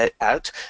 out